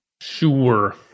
Sure